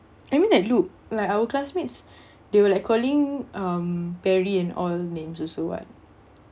I mean like look like our classmates they were like calling perry and all names also [what]